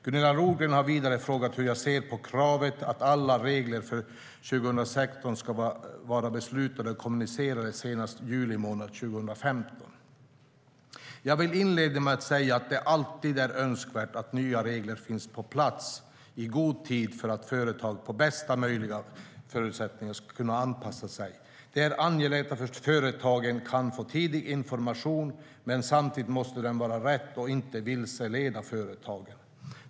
Gunilla Nordgren har vidare frågat hur jag ser på kravet att alla regler för 2016 ska vara beslutade och kommunicerade senast i juli månad 2015.Jag vill inleda med att säga att det alltid är önskvärt att nya regler finns på plats i god tid för att ge företagen bästa möjliga förutsättningar att anpassa sig. Det är angeläget att företagen kan få tidig information, men samtidigt måste den vara korrekt och inte vilseleda företagen.